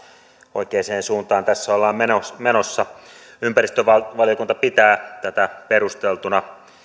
oikeaan suuntaan tässä ollaan menossa menossa ympäristövaliokunta pitää tätä perusteltuna